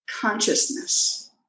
consciousness